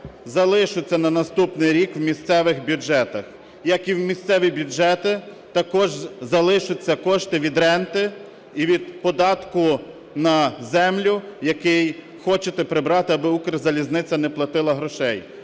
залишаться на наступний рік у місцевих бюджетах, як і в місцевих бюджетах також залишаться кошти від ренти і від податку на землю, який хочете прибрати, аби Укрзалізниця не платила грошей.